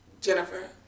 Jennifer